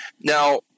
Now